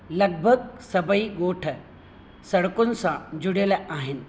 लॻिभॻि सभई ॻोठि सड़कुनि सां जुड़ियल आहिनि